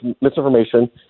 misinformation